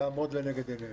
לעמוד לנגד עינינו.